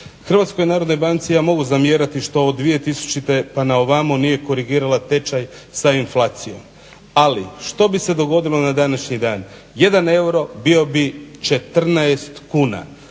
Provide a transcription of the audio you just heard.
Hrvatskoj narodnoj banci ja mogu zamjerati što od 2000. pa naovamo nije korigirala tečaj sa inflacijom, ali što bi se dogodilo na današnji dan? Jedan euro bio bi 14 kuna,